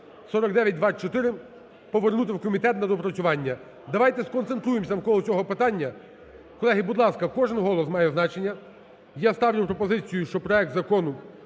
4924 повернути в комітет на доопрацювання. Давайте сконцентруємося навколо цього питання. Колеги, будь ласка, кожен голос має значення. Я ставлю пропозицію, що проект Закону